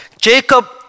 Jacob